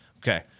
Okay